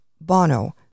Bono